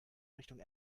richtung